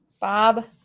Bob